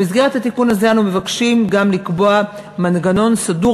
במסגרת התיקון הזה אנו מבקשים גם לקבוע מנגנון סדור